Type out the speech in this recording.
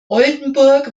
oldenburg